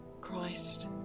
Christ